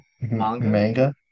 manga